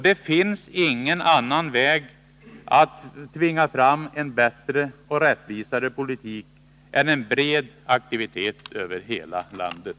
Det finns ingen annan väg att tvinga fram en bättre och rättvisare politik än en bred aktivitet över hela landet.